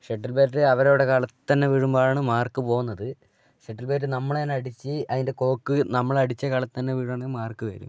shuttle bat അവരവരുടെ കളത്തിൽത്തന്നെ വീഴുമ്പോഴാണ് മാർക്ക് പോകുന്നത് ഷട്ടിൽ ബാറ്റ് നമ്മൾതന്നെ അടിച്ച് അതിന്റെ കോർക്ക് നമ്മളടിച്ച കളത്തിൽത്തന്നെ വീഴുകയാണെങ്കിൽ മാർക്ക് വരും